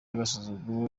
agasuzuguro